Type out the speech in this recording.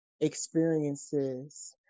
experiences